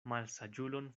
malsaĝulon